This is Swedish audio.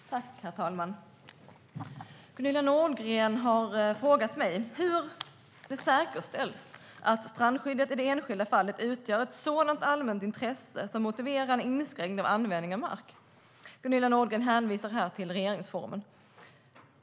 Herr talman! Gunilla Nordgren har frågat mig hur det säkerställs att strandskyddet i det enskilda fallet utgör ett sådant allmänt intresse som motiverar en inskränkning av användningen av mark. Gunilla Nordgren hänvisar här till regeringsformen.